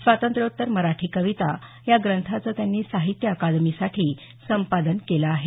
स्वातंत्र्योत्तर मराठी कविता या ग्रंथाचं त्यांनी साहित्य अकादमीसाठी संपादन केलं आहे